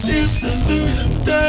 Disillusioned